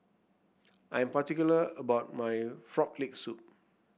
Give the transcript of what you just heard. I am particular about my Frog Leg Soup